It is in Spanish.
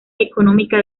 económica